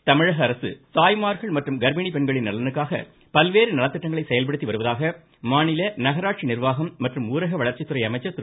வேலுமணி அரசு தாய்மார்கள் மற்றும் கர்ப்பிணி பெண்களின் நலனுக்காக பல்வேறு நலத்திட்டங்களை செயல்படுத்தி வருவதாக மாநில நகராட்சி நிர்வாகம் மற்றும் ஊரக வளர்ச்சித்துறை அமைச்சர் திரு